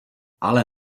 ale